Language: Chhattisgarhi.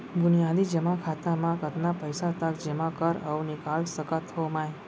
बुनियादी जेमा खाता म कतना पइसा तक जेमा कर अऊ निकाल सकत हो मैं?